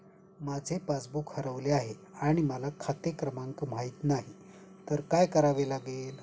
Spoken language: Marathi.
माझे पासबूक हरवले आहे आणि मला खाते क्रमांक माहित नाही तर काय करावे लागेल?